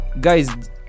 guys